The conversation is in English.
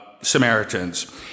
Samaritans